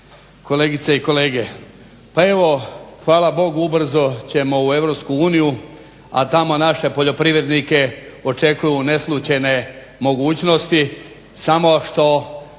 kolegice i kolege. Pa evo hvala Bogu ubrzo ćemo u EU, a tamo naše poljoprivrednike očekuju neslućene mogućnosti samo što